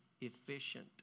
efficient